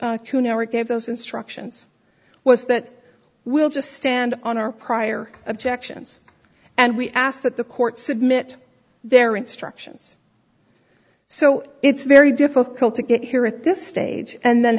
never gave those instructions was that we'll just stand on our prior objections and we ask that the court submit their instructions so it's very difficult to get here at this stage and then